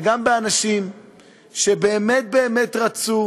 וגם באנשים שבאמת באמת רצו